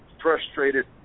frustrated